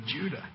Judah